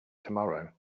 tomorrow